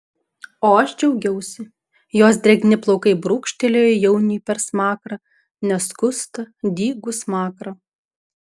o aš džiaugiausi jos drėgni plaukai brūkštelėjo jauniui per smakrą neskustą dygų smakrą